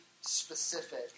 specific